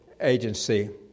agency